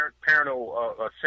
parental